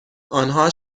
آنها